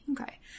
okay